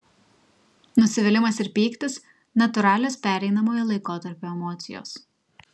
nusivylimas ir pyktis natūralios pereinamojo laikotarpio emocijos